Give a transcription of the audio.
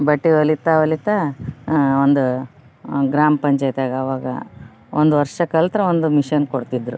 ಬಟ್ಟೆ ಹೊಲಿತಾ ಹೊಲಿತಾ ಒಂದು ಗ್ರಾಮ ಪಂಚಾಯತಿಯಾಗ ಆವಾಗ ಒಂದು ವರ್ಷ ಕಲ್ತ್ರಾ ಒಂದು ಮಿಷನ್ ಕೊಡ್ತಿದ್ರು